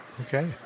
Okay